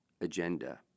agenda